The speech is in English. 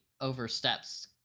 oversteps